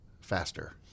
faster